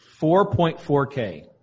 4.4K